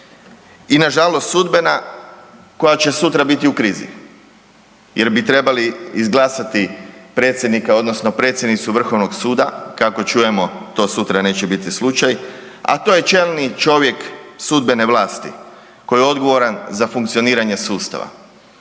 i nažalost sudbena koja će sutra biti u krizi jer bi trebali izglasati predsjednika odnosno predsjednicu Vrhovnog suda, kako čujemo to sutra neće biti slučaj, a to je čelni čovjek sudbene vlasti koji je odgovoran za funkcioniranje sudstva.